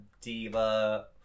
diva